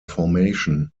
formation